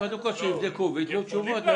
קודם כל יבדקו וייתנו תשובות.